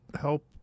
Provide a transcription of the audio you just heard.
help